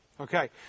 Okay